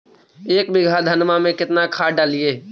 एक बीघा धन्मा में केतना खाद डालिए?